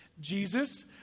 Jesus